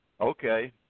Okay